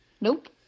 Nope